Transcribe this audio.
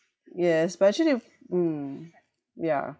yes but actually mm yeah